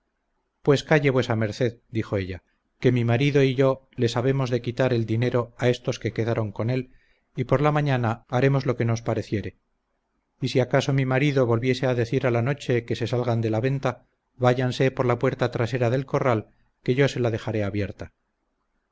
pues calle vuesa merced dijo ella que mi marido y yo les habemos de quitar el dinero a estos que quedaron con él y por la mañana haremos lo que nos pareciere y si acaso mi marido volviere a decir a la noche que se salgan de la venta váyanse por la puerta trasera del corral que yo se la dejaré abierta